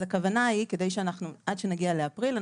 עד שנגיע לאפריל,